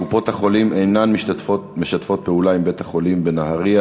קופות-החולים אינן משתפות פעולה עם בית-החולים בנהרייה.